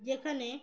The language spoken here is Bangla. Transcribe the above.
যেখানে